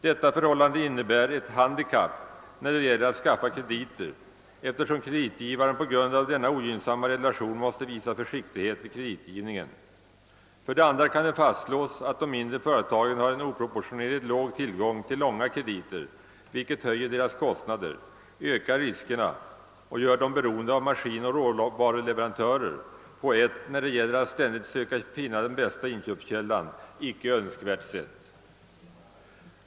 Detta förhållande innebär ett handikapp när det gäller att skaffa krediter, eftersom kreditgivaren på grund av denna ogynnsamma relation måste visa försiktighet vid kreditgivningen. För det andra kan det fastslås att de mindre företagen har en oproportionerligt låg tillgång till långa krediter, vilket höjer deras kostnader, ökar riskerna och gör dem beroende av maskinoch råvaruleverantörer på ett när det gäller att ständigt söka finna den bästa inköpskällan icke önskvärt sätt.